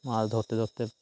মাছ ধরতে ধরতে